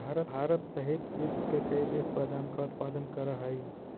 भारत सहित विश्व के कई देश बादाम का उत्पादन करअ हई